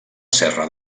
serra